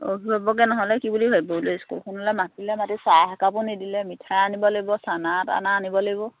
অভিভাৱকে নহ'লে কি বুলি ভাবিব বোলে স্কুলখনলৈ মাতিলে মাতি চাহ একাপো নিদিলে মিঠাই আনিব লাগিব চানা তানা আনিব লাগিব